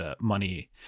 money